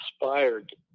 inspired